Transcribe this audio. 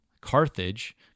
Carthage